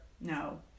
No